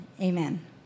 Amen